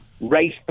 race